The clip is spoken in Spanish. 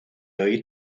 hoy